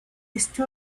este